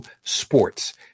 sports